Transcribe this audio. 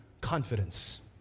confidence